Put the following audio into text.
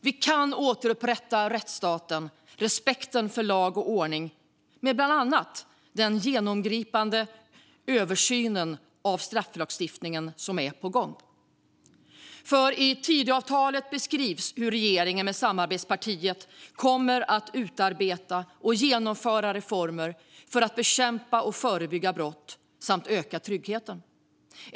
Vi kan återupprätta rättsstaten och respekten för lag och ordning med hjälp av bland annat den genomgripande översyn av strafflagstiftningen som är på gång, för i Tidöavtalet beskrivs hur regeringen tillsammans med samarbetspartiet kommer att utarbeta och genomföra reformer för att bekämpa och förebygga brott samt öka tryggheten.